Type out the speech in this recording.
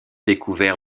découverts